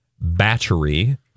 battery